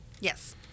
Yes